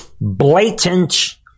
blatant